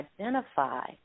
identify